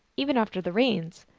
even after the rains.